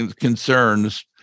concerns